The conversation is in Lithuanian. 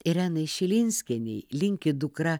irenai šilinskienei linki dukra